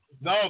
No